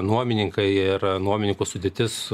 nuomininkai ir nuomininkų sudėtis